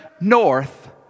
north